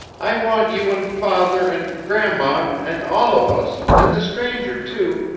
i want you and father and grandma'm, and all of us, and the stranger too,